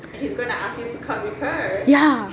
ya